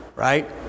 Right